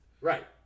Right